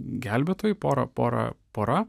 gelbėtojų porą porą pora